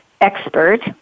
expert